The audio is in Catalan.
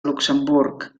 luxemburg